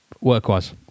work-wise